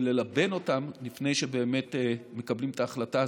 וללבן אותם לפני שבאמת מקבלים את ההחלטה הסופית.